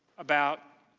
about